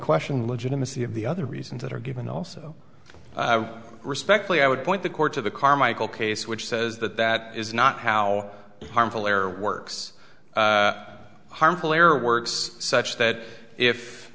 question the legitimacy of the other reasons that are given also respectfully i would point the court to the carmichael case which says that that is not how harmful or works harmful air works such that if